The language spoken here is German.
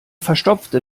verstopfte